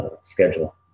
schedule